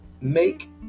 make